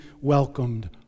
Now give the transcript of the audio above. welcomed